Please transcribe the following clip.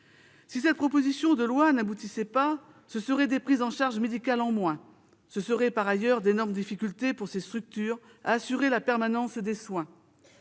Si cette proposition de loi n'aboutissait pas, ce seraient des prises en charge médicales en moins. Ce seraient par ailleurs d'énormes difficultés pour ces structures à assurer la permanence des soins.